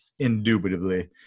Indubitably